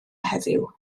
heddiw